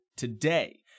today